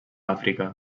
àfrica